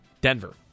Denver